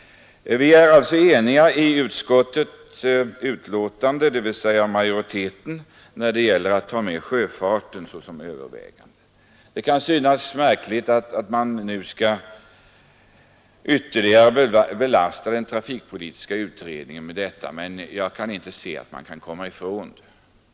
Vi är också eniga i utskottets betänkande — dvs. majoriteten — när det gäller att ta med sjöfarten i övervägandena. Det kan synas märkligt att man nu skall ytterligare belasta den trafikpolitiska utredningen med detta, men jag kan inte se att man kan komma ifrån det.